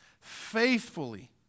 Faithfully